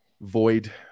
void